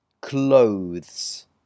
clothes